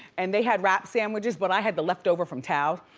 and they had wrap sandwiches, but i had the leftover from tao.